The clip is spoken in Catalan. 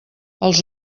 els